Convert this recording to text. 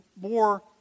more